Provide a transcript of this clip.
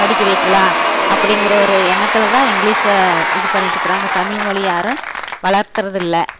படிக்க வைக்கலாம் அப்படிங்கிற ஒரு எண்ணத்தில் தான் இங்கிலீஷை இது பண்ணிட்ருக்கிறாங்க தமிழ் மொழி யாரும் வளர்த்துகிறதில்ல